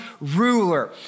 ruler